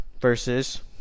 versus